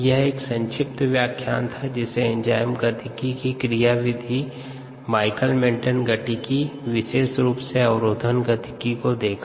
यह एक संक्षिप्त व्याख्यान था जिसमे एंजाइम्स गतिकी की क्रियाविधि माइकलिस मेन्टेन गतिकी विशेष रूप से अवरोधन गतिकी को देखा